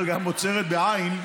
אבל גם עוצרת בעי"ן,